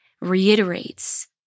reiterates